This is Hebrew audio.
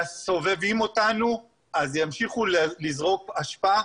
לסובבים אותנו, אז ימשיכו לזרוק אשפה